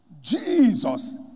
Jesus